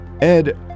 Ed